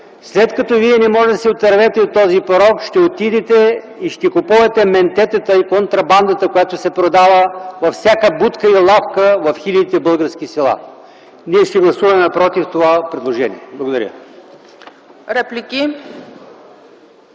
„След като вие не можете да се отървете от този порок, ще отидете и ще купувате ментетата и контрабандата, която се продава във всяка будка, лавка в хилядите български села”. Ние ще гласуваме „против” това предложение. Благодаря